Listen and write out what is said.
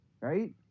right